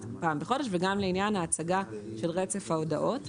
פעם בחודש וגם לעניין ההצגה של רצף ההודעות.